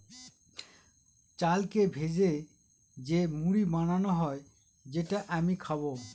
চালকে ভেজে যে মুড়ি বানানো হয় যেটা আমি খাবো